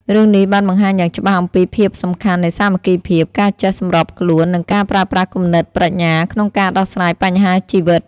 រឿងនេះបានបង្ហាញយ៉ាងច្បាស់អំពីភាពសំខាន់នៃ សាមគ្គីភាព ការចេះសម្របខ្លួន និង ការប្រើប្រាស់គំនិតប្រាជ្ញា ក្នុងការដោះស្រាយបញ្ហាជីវិត។